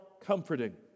comforting